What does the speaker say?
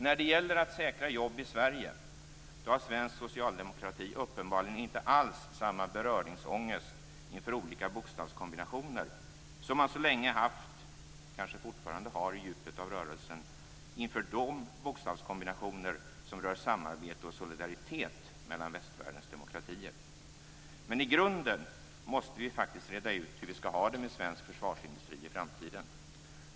När det gäller att säkra jobb i Sverige har svensk socialdemokrati uppenbarligen inte alls samma beröringsångest inför olika bokstavskombinationer som man så länge haft - och kanske fortfarande har i djupet av rörelsen - inför de bokstavskombinationer som rör samarbete och solidaritet mellan västvärldens demokratier. Men i grunden måste vi faktiskt reda ut hur vi skall ha det med svensk försvarsindustri i framtiden.